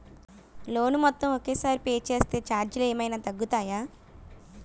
Loan మొత్తం ఒకే సారి పే చేస్తే ఛార్జీలు ఏమైనా తగ్గుతాయా?